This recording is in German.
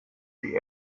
die